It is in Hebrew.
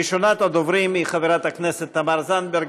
ראשונת הדוברים היא חברת הכנסת תמר זנדברג.